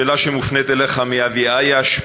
השאלה שמופנית אליך מעדי אייש,